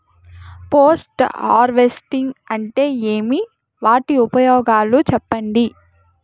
Post harvesting అంటే ఏమి? వాటి ఉపయోగాలు చెప్పండి?